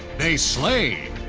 they slay.